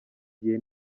gihe